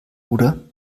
oder